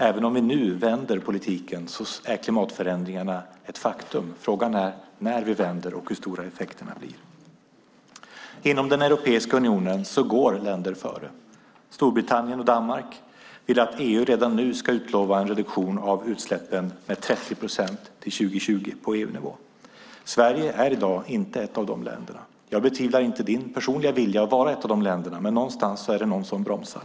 Även om vi nu vänder politiken är klimatförändringarna ett faktum. Frågan är när vi vänder och hur stora effekterna blir. Inom Europeiska unionen går länder före. Storbritannien och Danmark vill att EU redan nu ska utlova en reduktion av utsläppen med 30 procent till år 2020 på EU-nivå. Sverige är i dag inte ett av de länderna. Jag betvivlar inte din personliga vilja att Sverige ska vara ett av de länderna, men någonstans är det någon som bromsar.